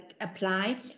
apply